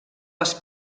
les